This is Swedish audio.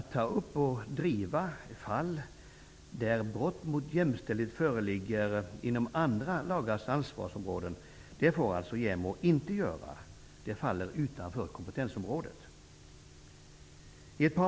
Ta upp och driva fall där brott mot jämställdhet inom andra lagars ansvarsområden föreligger, det får emellertid JämO inte göra. Det faller utanför kompetensområdet.